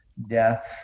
Death